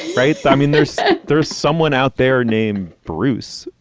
right? i mean, there's there's someone out there named bruce.